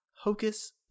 Hocus